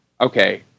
okay